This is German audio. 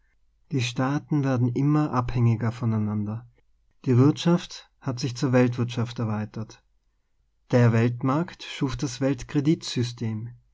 die staaten werden immer abhängiger voneinander die wirtschaft hat sich zur weltwirtschaft erweitert der welt markt schuf das weltkreditsystem